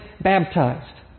baptized